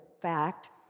fact